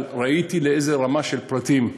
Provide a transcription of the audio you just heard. אבל ראיתי לאיזה רמה של פרטים,